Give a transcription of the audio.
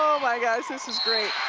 my gosh, this is great.